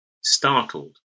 startled